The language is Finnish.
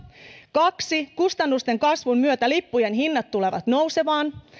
kaksi kustannusten kasvun myötä lippujen hinnat tulevat nousemaan